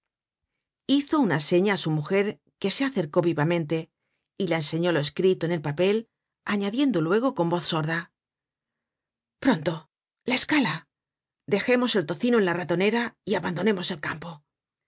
hizó una seña á su mujer que se acercó vivamente y la enseñó lo escrito en el papel añadiendo luego con voz sorda pronto la escala dejemos el tocino en la ratonera y abandonemos el campo